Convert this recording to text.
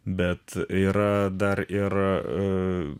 bet yra dar ir